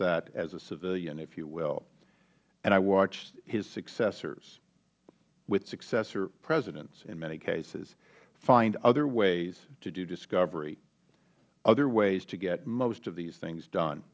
that as a civilian if you will and i watched his successors with successor presidents in many cases find other ways to do discovery other ways to get most of these things done